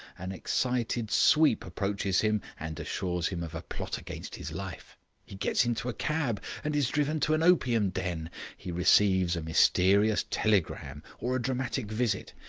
an excited sweep approaches him and assures him of a plot against his life he gets into a cab, and is driven to an opium den he receives a mysterious telegram or a dramatic visit,